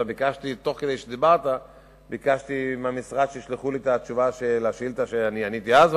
בזמן שדיברת ביקשתי מהמשרד שישלחו לי את התשובה לשאילתא שהיתה אז,